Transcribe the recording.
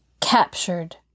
Captured